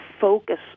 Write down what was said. focus